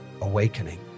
awakening